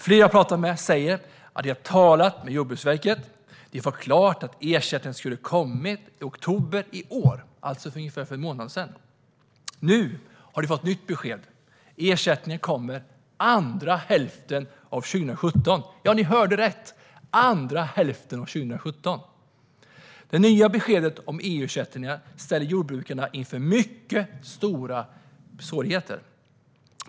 Flera jag har pratat med säger att de har talat med Jordbruksverket, och de har fått klartecken om att ersättningen skulle ha kommit i oktober i år, alltså för ungefär en månad sedan. Nu har de fått ett nytt besked: Ersättningen kommer under andra halvan av 2017. Ja, ni hörde rätt - andra halvan av 2017! Det nya beskedet om EU-ersättningarna ställer jordbrukarna inför mycket stora svårigheter.